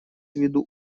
виду